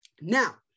Now